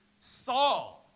Saul